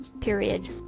Period